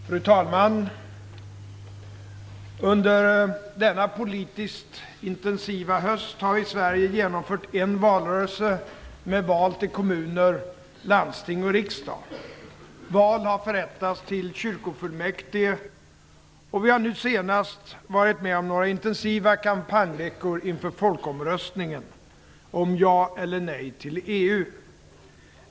Fru talman! Under denna politiskt intensiva höst har vi i Sverige genomfört en valrörelse med val till kommuner, landsting och riksdag. Val har förrättats till kyrkofullmäktige, och vi har nu senast varit med om några intensiva kampanjveckor inför folkomröstningen om ja eller nej till EU.